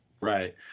Right